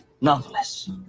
nonetheless